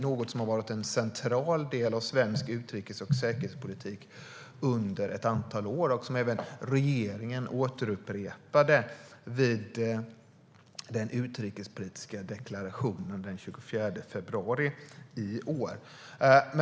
Den har varit en central del av svensk utrikes och säkerhetspolitik under ett antal år, och regeringen upprepade den i den utrikespolitiska deklarationen den 24 februari i år.